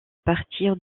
partir